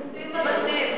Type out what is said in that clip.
חיפושים בבתים,